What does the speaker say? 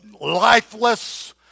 lifeless